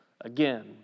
again